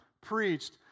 preached